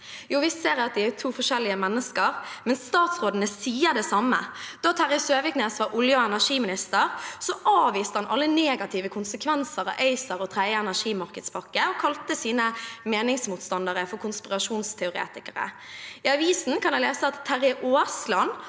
ser jeg at de er to forskjellige mennesker, men som statsråd sier de det samme. Da Terje Søviknes var olje- og energiminister, avviste han alle negative konsekvenser av ACER og tredje energimarkedspakke og kalte sine meningsmotstandere for konspirasjonsteoretikere. I avisen kan jeg lese at Terje Aasland